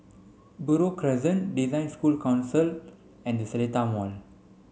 Buroh Crescent Council and The Seletar Mall